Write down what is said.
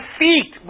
feet